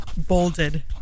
bolded